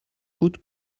coûte